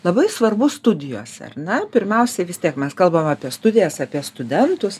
labai svarbu studijos ar ne pirmiausiai vis tiek mes kalbam apie studijas apie studentus